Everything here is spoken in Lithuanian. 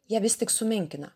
ją vis tik sumenkina